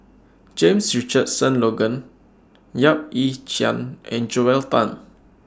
James Richardson Logan Yap Ee Chian and Joel Tan